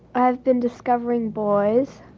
i've been discovering boys.